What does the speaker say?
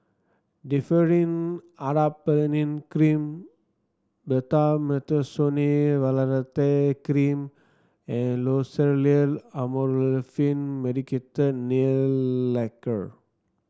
Differin Adapalene Cream Betamethasone Valerate Cream and Loceryl Amorolfine Medicated Nail Lacquer